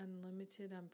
unlimited